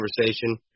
conversation